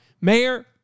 mayor